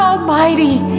Almighty